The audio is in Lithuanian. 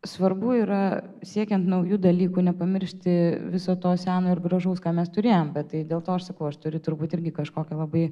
svarbu yra siekiant naujų dalykų nepamiršti viso to seno ir gražaus ką mes turėjoe bet tai dėl to aš sakau aš turiu turbūt irgi kažkokią labai